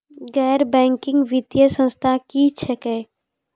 गैर बैंकिंग वित्तीय संस्था की छियै?